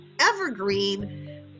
evergreen